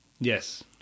Yes